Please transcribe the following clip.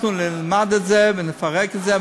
אנחנו נלמד את זה ונפרק את זה,